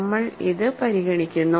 നമ്മൾ ഇത് പരിഗണിക്കുന്നു